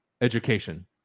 education